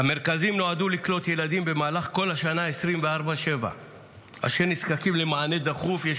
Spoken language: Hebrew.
המרכזים נועדו לקלוט ילדים אשר נזקקים למענה דחוף במהלך כל השנה,